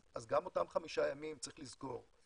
גם אותם חמישה ימים צריך לזכור,